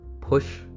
push